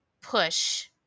push